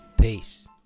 Peace